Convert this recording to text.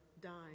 dying